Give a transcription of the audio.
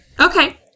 Okay